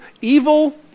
evil